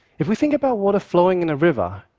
if we think about water flowing in a river,